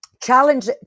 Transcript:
challenge